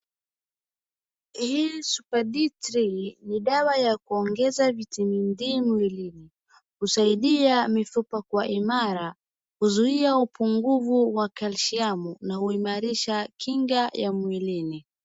Hii superD3 ni dawa ya kuongeza vitamin D mwilini. Husaidia mifupa kuwa imara, huzuia upungufu wa kalshiamu na uimarisha kinga ya mwilini.